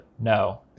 no